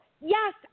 Yes